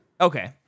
Okay